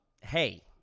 hey